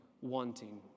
wanting